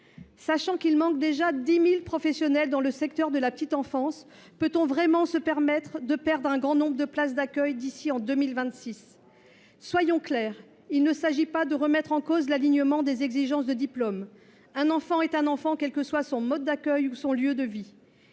Sachant qu’il manque déjà 10 000 professionnels dans le secteur de la petite enfance, peut on vraiment se permettre de perdre un grand nombre de places d’accueil d’ici à 2026 ? Soyons clairs : il ne s’agit pas de remettre en cause l’alignement des exigences en matière de diplôme. Un enfant est un enfant, quel que soit son mode d’accueil ou son lieu de vie.